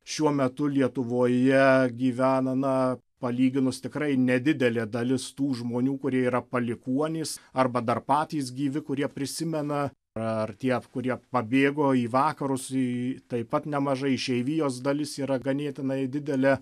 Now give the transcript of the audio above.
šiuo metu lietuvoje gyvena na palyginus tikrai nedidelė dalis tų žmonių kurie yra palikuonys arba dar patys gyvi kurie prisimena ar tie kurie pabėgo į vakarus i taip pat nemaža išeivijos dalis yra ganėtinai didelė